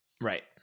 Right